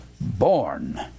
born